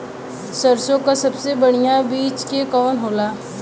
सरसों क सबसे बढ़िया बिज के कवन होला?